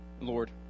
Lord